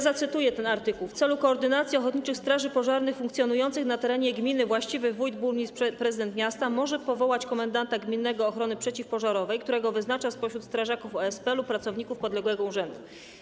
Zacytuję ten artykuł: W celu koordynacji ochotniczych straży pożarnych funkcjonujących na terenie gminy właściwy wójt, burmistrz, prezydent miasta może powołać komendanta gminnego ochrony przeciwpożarowej, którego wyznacza spośród strażaków OSP lub pracowników podległego mu urzędu.